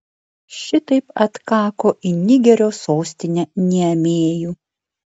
šitaip atkako į nigerio sostinę niamėjų